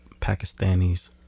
pakistanis